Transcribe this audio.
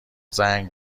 زنگ